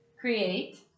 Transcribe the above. Create